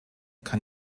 kann